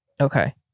Okay